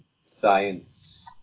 science